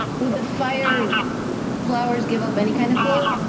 would the fire flowers give off any kind of glow?